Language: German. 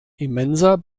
immenser